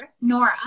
Nora